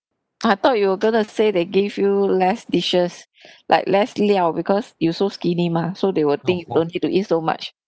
I thought you'll gonna say they give you less dishes like less liao because you so skinny mah so they will think don't need to eat so much